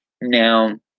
now